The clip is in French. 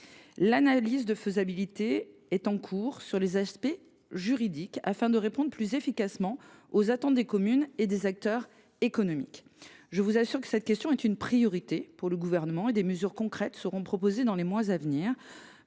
L’analyse de faisabilité est en cours sur les aspects juridiques afin de répondre plus efficacement aux attentes des communes et des acteurs économiques. Je vous assure, encore une fois, que cette question est une priorité pour le Gouvernement. Des mesures concrètes seront proposées dans les mois à venir